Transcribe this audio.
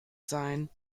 sein